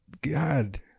God